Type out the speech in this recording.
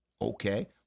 okay